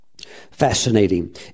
fascinating